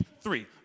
three